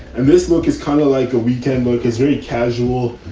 and this look is kind of like a weekend book. it's very casual.